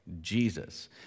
Jesus